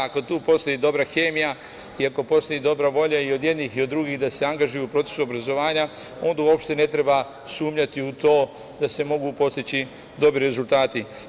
Ako tu postoji dobra hemija i ako postoji dobra volja i od jednih i od drugih da se angažuju u procesu obrazovanja, onda uopšte ne treba sumnjati u to da se mogu postići dobri rezultati.